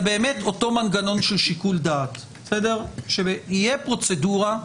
זה אותו מנגנון של שיקול דעת, שתהיה פרוצדורה,